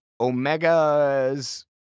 Omega's